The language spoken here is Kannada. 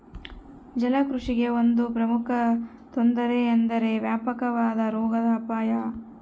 ಜಲಕೃಷಿಗೆ ಒಂದು ಪ್ರಮುಖ ತೊಂದರೆ ಎಂದರೆ ವ್ಯಾಪಕವಾದ ರೋಗದ ಅಪಾಯ